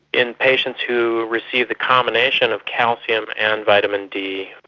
in patients who received the combination of calcium and vitamin d,